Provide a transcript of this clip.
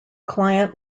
client